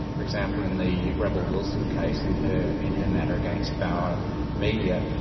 for example, in the rebel wilson case, in her in her matter against bauer media.